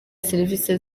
serivisi